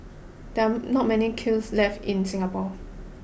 there are not many kilns left in Singapore